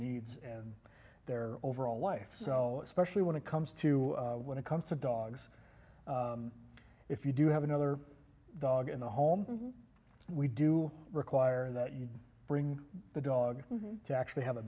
needs and their overall life so especially when it comes to when it comes to dogs if you do have another dog in the home we do require that you bring the dog to actually have a